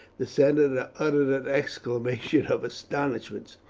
the senator uttered an exclamation of astonishment.